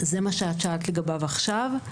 מה ששאלת לגביו עכשיו,